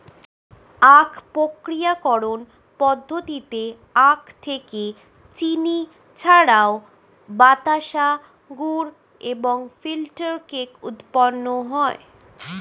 আখ প্রক্রিয়াকরণ পদ্ধতিতে আখ থেকে চিনি ছাড়াও বাতাসা, গুড় এবং ফিল্টার কেক উৎপন্ন হয়